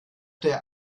der